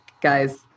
guys